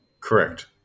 Correct